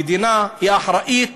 המדינה היא האחראית